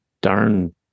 darn